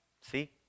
See